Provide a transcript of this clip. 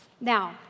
Now